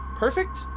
Perfect